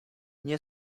nie